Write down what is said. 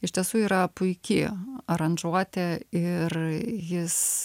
iš tiesų yra puiki aranžuotė ir jis